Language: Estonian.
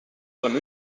olema